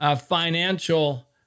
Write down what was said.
financial